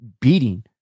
beating